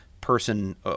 person